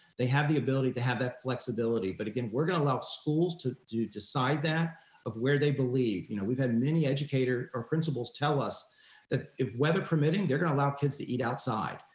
they have the ability to have that flexibility, but again, we're gonna allow schools to decide that of where they believe. you know we've had many educator or principals tell us that if weather permitting, they're gonna allow kids to eat outside.